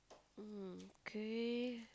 um kay